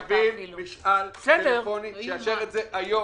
משאל טלפוני שיאשר את זה היום.